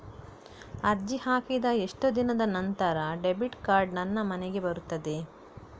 ಅರ್ಜಿ ಹಾಕಿದ ಎಷ್ಟು ದಿನದ ನಂತರ ಡೆಬಿಟ್ ಕಾರ್ಡ್ ನನ್ನ ಮನೆಗೆ ಬರುತ್ತದೆ?